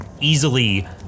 easily